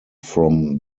from